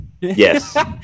Yes